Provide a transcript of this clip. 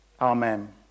Amen